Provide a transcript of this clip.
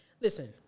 Listen